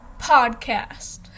podcast